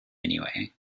anyway